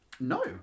No